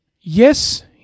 yes